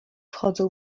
wchodzą